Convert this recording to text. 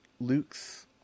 Luke's